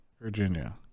Virginia